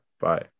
Bye